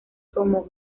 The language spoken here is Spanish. como